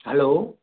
hello